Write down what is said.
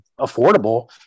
affordable